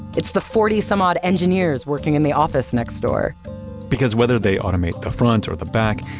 it's the forty some odd engineers working in the office next door because whether they automate the front or the back,